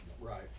right